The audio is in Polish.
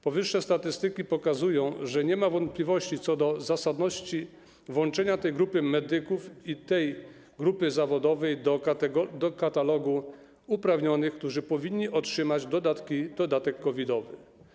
Powyższe statystyki pokazują, że nie ma wątpliwości co do zasadności włączenia tej grupy medyków i tej grupy zawodowej do katalogu uprawnionych, którzy powinni otrzymać dodatek COVID-owy.